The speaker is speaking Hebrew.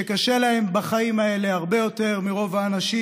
שקשה להם בחיים האלה הרבה יותר מרוב האנשים,